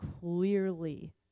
clearly